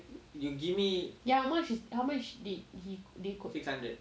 ya how much how much did he did he quote